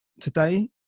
today